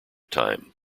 time